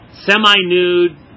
semi-nude